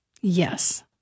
Yes